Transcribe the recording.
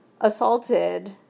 assaulted